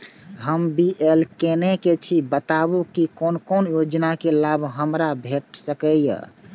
हम बी.ए केनै छी बताबु की कोन कोन योजना के लाभ हमरा भेट सकै ये?